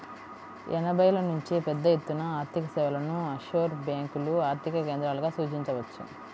ఎనభైల నుంచే పెద్దఎత్తున ఆర్థికసేవలను ఆఫ్షోర్ బ్యేంకులు ఆర్థిక కేంద్రాలుగా సూచించవచ్చు